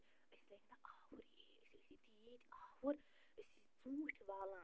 أسۍ لٔگۍ نَہ آوُر ہے أسۍ أسی تیٖتۍ آوُر أسۍ ٲسۍ ژوٗنٛٹھۍ والان